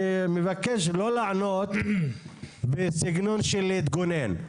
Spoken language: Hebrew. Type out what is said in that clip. אני מבקש לא לענות בסגנון של להתגונן.